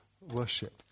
worship